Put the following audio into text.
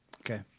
okay